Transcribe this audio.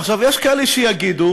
עכשיו, יש כאלה שיגידו